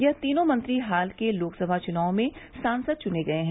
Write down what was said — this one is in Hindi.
यह तीनों मंत्री हाल के लोकसभा चुनावों में सांसद चुने गये हैं